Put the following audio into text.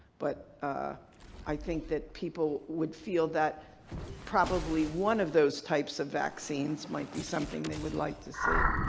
but ah i think that people would feel that probably one of those types of vaccines might be something they would like to see.